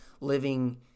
living